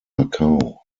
macau